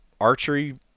archery